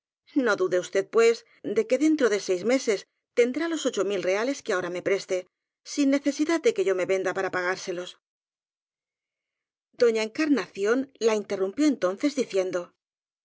no dude usted pues de que dentro de seis meses tendrá los ocho mil reales que ahora me preste sin necesidad de que yo me venda para pagár selos doña encarnación la interrumpió entonces